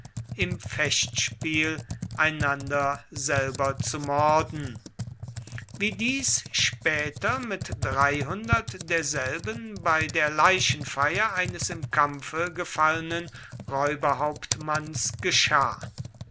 im fechtspiel einander selber zu morden wie dies später mit dreihundert derselben bei der leichenfeier eines im kampfe gefallenen räuberhauptmanns geschah